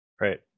Right